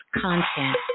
content